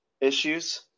issues